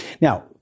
Now